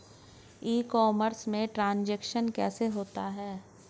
ई commerce में transaction कैसे होता है?